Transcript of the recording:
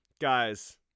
guys